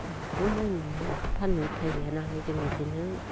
जोंहाथ' माइ माइरं फानो उफाय गैयानालाय जों इदिनो